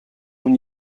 mon